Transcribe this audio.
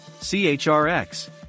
CHRX